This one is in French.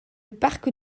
parc